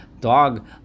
dog